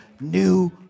new